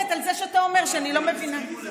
אני חולקת על זה שאתה אומר שאני לא מבינה נכון.